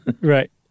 Right